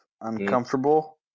uncomfortable